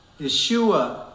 Yeshua